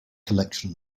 collection